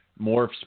morphs